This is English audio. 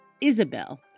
Isabel